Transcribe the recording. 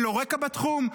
אין לו רקע בתחום,